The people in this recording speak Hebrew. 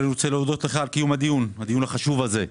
אני רוצה להודות לך על קיום הדיון החשוב הזה.